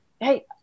hey